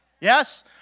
Yes